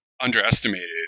underestimated